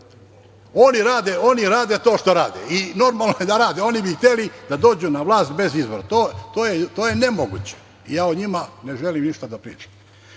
Oni rade to što rade i normalno je da rade. Oni bi hteli da dođu na vlast bez izbora. To je nemoguće. Ja o njima ne želim ništa da